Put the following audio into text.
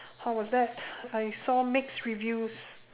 how was that I saw mixed reviews